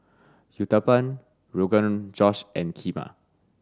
Uthapam Rogan Josh and Kheema